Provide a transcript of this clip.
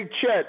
Chet